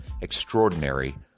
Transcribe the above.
extraordinary